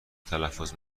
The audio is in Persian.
تلفظ